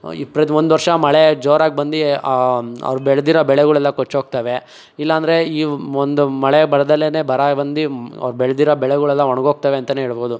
ಈ ಪ್ರದ ಒಂದು ವರ್ಷ ಮಳೆ ಜೋರಾಗಿ ಬಂದು ಅವ್ರು ಬೆಳೆದಿರೋ ಬೆಳೆಗಳೆಲ್ಲ ಕೊಚ್ಚೋಗ್ತವೆ ಇಲ್ಲಾಂದ್ರೆ ಈ ಒಂದು ಮಳೆ ಬರದೆಯೇ ಬರ ಬಂದು ಅವ್ರು ಬೆಳೆದಿರೋ ಬೆಳೆಗಳೆಲ್ಲ ಒಣಗೋಗ್ತವೆ ಅಂತೆಯೇ ಹೇಳ್ಬೋದು